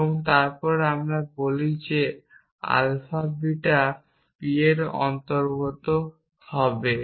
এবং তারপর আমরা বলি যে আলফা বিটা p এর অন্তর্গত হবে